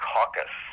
Caucus